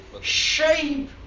shape